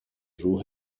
روح